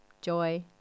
joy